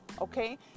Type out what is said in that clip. okay